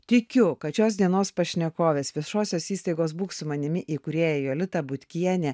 tikiu kad šios dienos pašnekovės viešosios įstaigos būk su manimi įkūrėja jolita butkienė